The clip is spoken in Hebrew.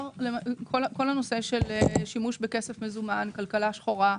כל הנושא של שימוש בכסף מזומן, כלכלה שחורה,